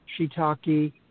shiitake